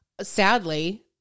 Sadly